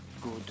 good